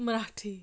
Marathi